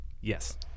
Yes